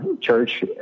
church